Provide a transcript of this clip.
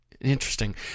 interesting